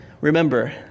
remember